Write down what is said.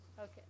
Okay